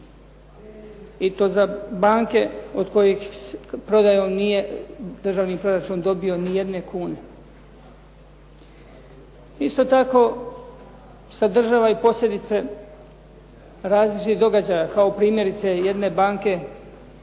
i to za banke od kojih prodajom nije državni proračun dobio nijedne kune. Isto tako, sadržava i posljedice različitih događaja kao primjerice jedne banke